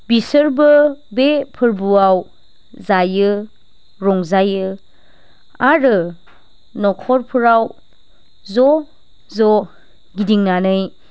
बिसोरबो बे फोरबोआव जायो रंजायो आरो न'खरफोराव ज' ज' गिदिंनानै